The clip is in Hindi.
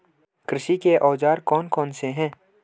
कृषि के औजार कौन कौन से हैं?